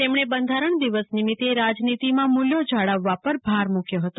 તેમણે બંધારણ દિવસ નિમિતે રાજનીતિમાં મુલ્યો જાળવવા પર ભાર મુક્યો છે